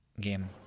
game